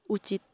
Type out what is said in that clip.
ଉଚିତ